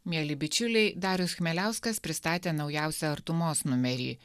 mieli bičiuliai darius chmieliauskas pristatė naujausią artumos numerį